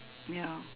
ya